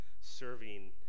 serving